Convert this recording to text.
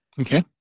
Okay